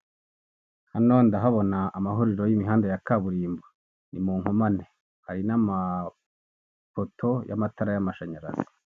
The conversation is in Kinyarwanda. Hano ndahabona amahuriro y'imihanda ya kaburimbo ni munkomane hari namapoto y'amatara y'amashanyarazi.